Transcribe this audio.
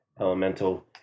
elemental